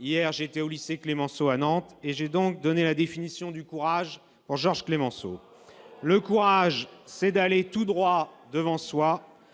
Hier, j'étais au lycée Clemenceau de Nantes et j'ai donné aux élèves la définition du courage selon Georges Clemenceau :« Le courage, c'est d'aller tout droit devant soi.